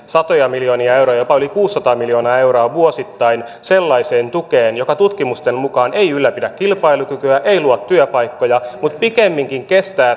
satoja miljoonia euroja jopa yli kuusisataa miljoonaa euroa vuosittain sellaiseen tukeen joka tutkimusten mukaan ei ylläpidä kilpailukykyä ei luo työpaikkoja mutta pikemminkin estää